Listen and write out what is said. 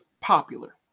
popular